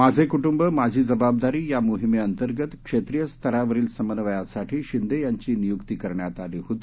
माझे कुटुंब माझी जबाबदारी या मोहिमेअंतर्गत क्षेत्रिय स्तरावरील समन्वयासाठी शिंदे यांची नियूक्ती करण्यात आली होती